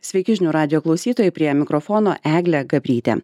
sveiki žinių radijo klausytojai prie mikrofono eglė gabrytė